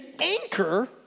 anchor